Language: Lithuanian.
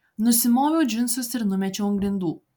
nusimoviau džinsus ir numečiau ant grindų